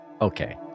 Okay